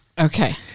Okay